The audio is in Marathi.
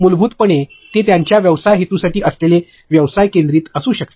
मूलभूतपणे ते त्यांच्या व्यवसाय हेतूसाठी असलेले व्यवसाय केंद्रित असू शकते